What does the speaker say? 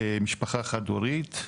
משפחה חד-הורית.